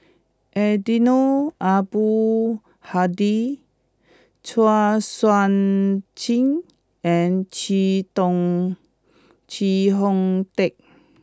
Eddino Abdul Hadi Chua Sian Chin and Chee Dong Chee Hong Tat